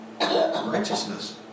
righteousness